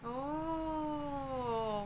oh